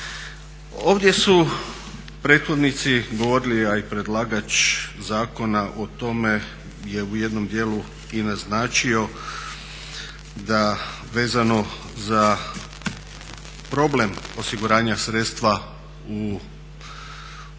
Ovdje su prethodnici govorili, a i predlagač zakona o tome je u jednom djelu i naznačio da vezano za problem osiguranja sredstava u prvom